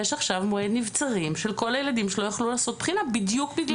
יש עכשיו מועד נבצרים של כל הילדים שלא יכלו לעשות בחינה בדיוק בגלל זה.